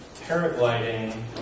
paragliding